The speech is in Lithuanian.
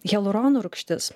hialurono rūgštis